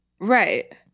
Right